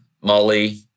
Molly